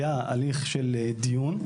היה הליך של דיון,